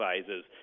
sizes